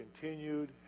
continued